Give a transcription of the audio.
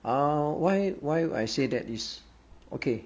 uh why why I said that is okay